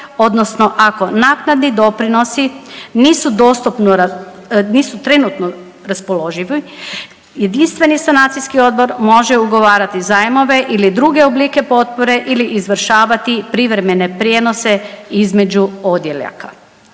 odnosno ako naknadni doprinosi nisu trenutno raspoloživi jedinstveni sanacijski odbor može ugovarati zajmove ili druge oblike potpore ili izvršavati privremene prijenose između odjeljaka.